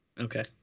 Okay